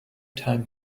time